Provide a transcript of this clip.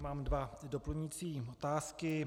Mám dvě doplňující otázky.